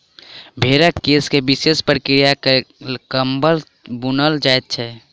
भेंड़क केश के विशेष प्रक्रिया क के कम्बल बुनल जाइत छै